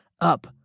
up